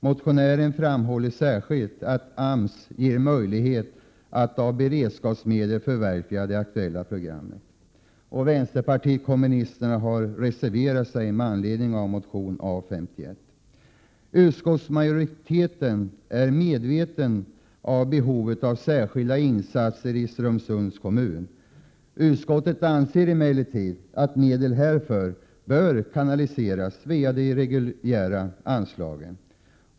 Motionärerna framhåller särskilt att AMS ges möjlighet att av beredskapsmedel förverkliga det aktuella programmet. Utskottsmajoriteten är medveten om behovet av särskilda insatser i Strömsunds kommun. Utskottet anser emellertid att medel härför bör kanaliseras via de reguljära anslagen.